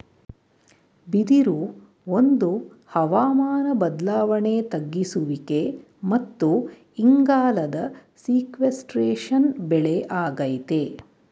ಬಿದಿರು ಒಂದು ಹವಾಮಾನ ಬದ್ಲಾವಣೆ ತಗ್ಗಿಸುವಿಕೆ ಮತ್ತು ಇಂಗಾಲದ ಸೀಕ್ವೆಸ್ಟ್ರೇಶನ್ ಬೆಳೆ ಆಗೈತೆ